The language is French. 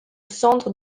centre